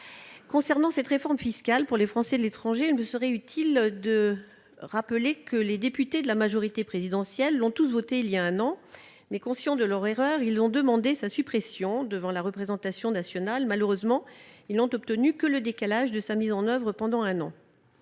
Concernant la réforme fiscale pour les Français de l'étranger, il me semble utile de rappeler que les députés de la majorité présidentielle l'ont tous votée il y a un an, mais que, conscients de leur erreur, ils en ont demandé la suppression devant la représentation nationale. Malheureusement, ils n'ont obtenu que le report d'un an de sa mise en oeuvre, alors que